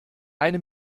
eine